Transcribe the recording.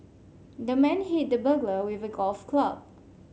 the man hit the burglar with a golf club